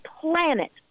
planet